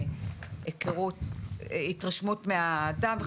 התרשמות מהאדם.